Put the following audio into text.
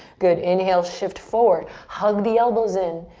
good, inhale shift forward. hug the elbows in.